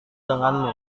denganmu